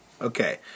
Okay